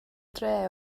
dre